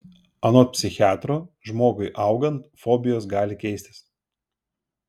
anot psichiatro žmogui augant fobijos gali keistis